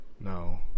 No